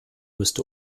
müsste